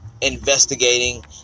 investigating